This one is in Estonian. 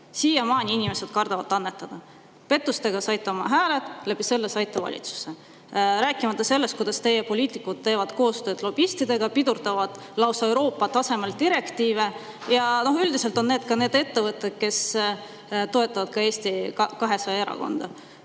Siiamaani inimesed kardavad annetada. Pettustega saite oma hääled, seeläbi saite valitsusse. Rääkimata sellest, kuidas teie poliitikud teevad koostööd lobistidega, pidurdavad lausa Euroopa tasemel direktiive. Üldiselt on need ettevõtted, kes toetavad Eesti 200 erakonda.